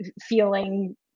feeling